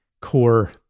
core